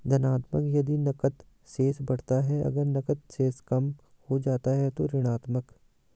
धनात्मक यदि नकद शेष बढ़ता है, अगर नकद शेष कम हो जाता है तो ऋणात्मक